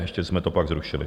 Ještě jsme to pak zrušili.